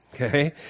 Okay